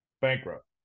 Bankrupt